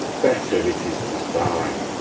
better it is to die,